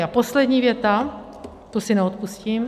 A poslední věta, tu si neodpustím.